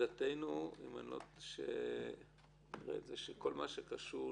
עמדתנו היא שכל מה שקשור